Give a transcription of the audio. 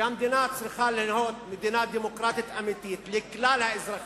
שהמדינה צריכה להיות מדינה דמוקרטית אמיתית לכלל האזרחים,